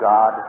God